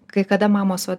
kai kada mamos vat